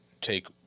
take